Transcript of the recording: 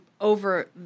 over